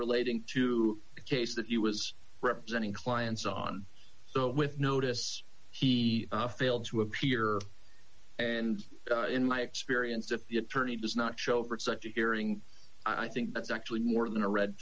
relating to the case that you was representing clients on so with notice he failed to appear and in my experience if the attorney does not show for such a hearing i think that's actually more than a red